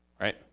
Right